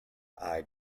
eye